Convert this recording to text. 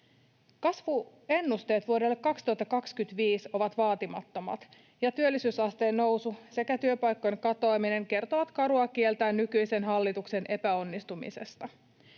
Kasvuennusteet vuodelle 2025 ovat vaatimattomat, ja työllisyysasteen nousu sekä työpaikkojen katoaminen kertovat karua kieltään nykyisen hallituksen epäonnistumisesta.